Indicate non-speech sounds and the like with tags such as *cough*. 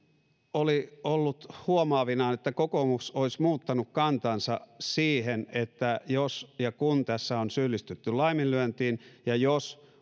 oli ollut huomaavinaan että kokoomus olisi muuttanut kantaansa siihen että jos ja kun tässä on syyllistytty laiminlyöntiin ja jos *unintelligible*